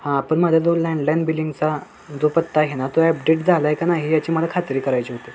हां पण माझा जो लँडलाईन बिलिंगचा जो पत्ता आहे ना तो अपडेट झाला आहे का नाही याची मला खात्री करायची होती